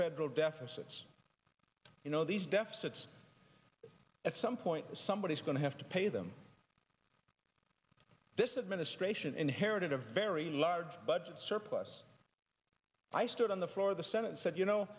federal deficits you know these deficits at some point somebody is going to have to pay them this administration inherited a very large budget surplus i stood on the floor of the senate said you know